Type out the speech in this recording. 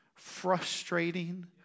frustrating